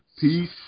peace